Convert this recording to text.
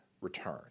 Return